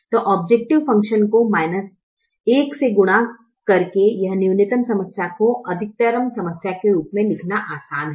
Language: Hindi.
तो औब्जैकटिव फंकशन को 1 से गुणा करके यह न्यूनतम समस्या को अधिकतमकरण समस्या के रूप में लिखना आसान है